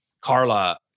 Carla